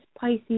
Pisces